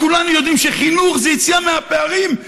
וכולנו יודעים שחינוך זה יציאה מהפערים,